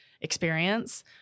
experience